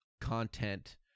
content